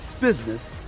business